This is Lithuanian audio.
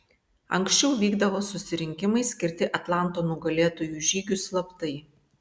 anksčiau vykdavo susirinkimai skirti atlanto nugalėtojų žygiui slaptai